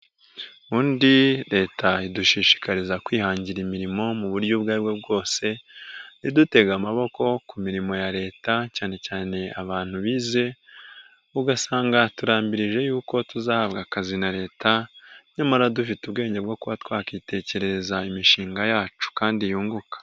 Ubundi leta idushishikariza kwihangira imirimo muburyo ubwo aribwo bwose, ntidutege amaboko ku mirimo ya leta cyane cyane abantu bize, ugasanga turabirije y'uko tuzahabwa akazi na leta, nyamara dufite ubwenge bwo kuba twakitekerereza imishinga yacu kandi yunguka.